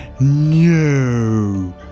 no